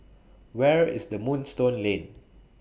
Where IS The Moonstone Lane